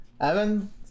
Evan